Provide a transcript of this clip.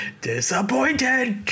Disappointed